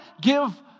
give